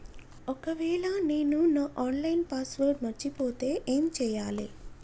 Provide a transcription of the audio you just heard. ఒకవేళ నేను నా ఆన్ లైన్ పాస్వర్డ్ మర్చిపోతే ఏం చేయాలే?